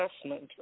assessment